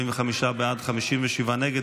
45 בעד, 57 נגד.